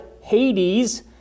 Hades